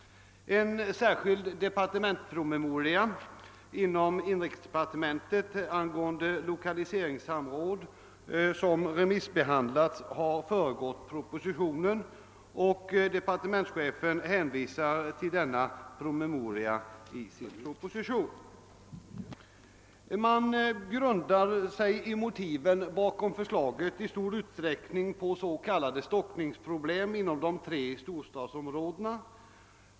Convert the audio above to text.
En särskild departementspromemoria inom <inrikesdepartementet angående = lokaliseringssamråd som remissbehandlats har föregått propositionen, och <departementschefen hänvisar till denna promemoria i sin proposition. Motiven bakom förslaget är i stor utsträckning s.k. . stockningsproblem inom de tre storstadsområdena.